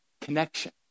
connection